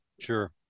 Sure